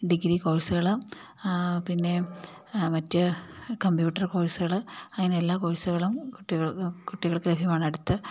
degree കോഴ്സുകളും പിന്നെ മറ്റ് കമ്പ്യൂട്ടർ കോഴ്സുകള് അങ്ങനെ എല്ലാ കോഴ്സുകളും കുട്ടികൾക്ക് ലഭ്യമാണ് അടുത്ത്